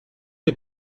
des